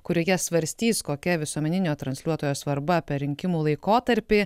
kurioje svarstys kokia visuomeninio transliuotojo svarba per rinkimų laikotarpį